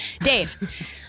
Dave